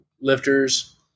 lifters